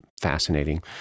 fascinating